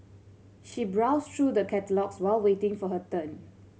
she browsed through the catalogues while waiting for her turn